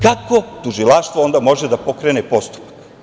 Kako tužila onda može da pokrene postupak?